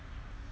uh